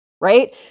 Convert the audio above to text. right